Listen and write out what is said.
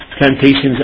plantations